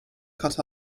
cut